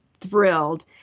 thrilled